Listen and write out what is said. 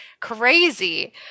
crazy